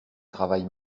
travaille